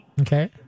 Okay